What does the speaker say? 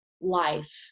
life